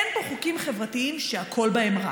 אין פה חוקים חברתיים שהכול בהם רע.